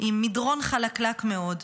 מדרון חלקלק מאוד.